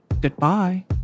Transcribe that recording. Goodbye